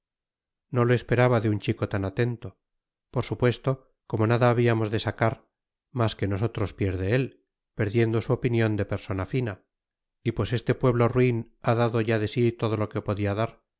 no lo esperaba de un chico tan atento por supuesto como nada habíamos de sacar más que nosotros pierde él perdiendo su opinión de persona fina y pues este pueblo ruin ha dado ya de sí todo lo que podía dar